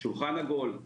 שולחן עגול.